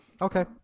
Okay